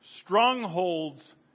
strongholds